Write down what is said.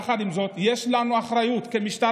יחד עם זאת, יש לנו אחריות כמשטרה.